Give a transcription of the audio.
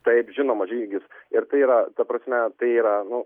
taip žinoma žygis ir tai yra ta prasme tai yra nu